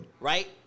Right